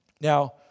Now